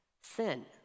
sin